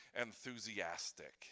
enthusiastic